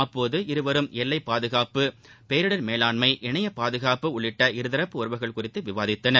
அப்போது இருவரும் எல்லைப் பாதுகாப்பு பேரிடர் மேலாண்மை இணைய பாதுகாப்பு உள்ளிட்ட இருதரப்பு உறவுகள் குறித்து விவாதித்தனர்